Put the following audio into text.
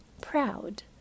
proud